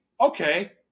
okay